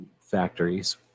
factories